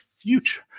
future